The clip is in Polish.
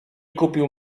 kupił